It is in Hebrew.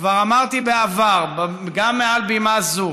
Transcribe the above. כבר אמרתי בעבר, גם מעל בימה זו,